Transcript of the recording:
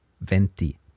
venti